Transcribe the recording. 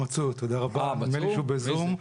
נדמה לי שהוא בזום,